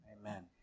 Amen